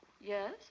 Yes